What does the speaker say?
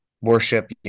Worship